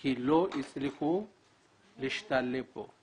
כי לא הצליחו להשתלב פה.